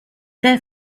their